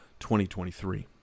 2023